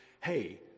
hey